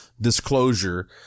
disclosure